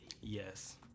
Yes